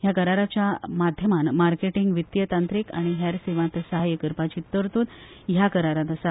ह्या कराराच्या माध्यमान मार्केटिंग वित्तीय तांत्रीक आनी हेर सेवांत सहाय्य करपाची तरतूद ह्या करारांत आसा